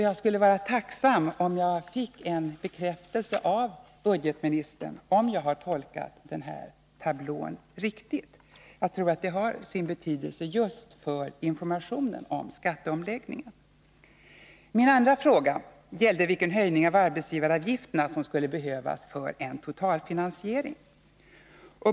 Jag skulle vara tacksam om jag fick en bekräftelse av budgetministern, att jag har tolkat tabellen riktigt. Jag tror att det har sin betydelse för informationen om skatteomläggningen. Min andra fråga gällde vilken höjning av arbetsgivaravgifterna som skulle behövas för en totalfinansiering.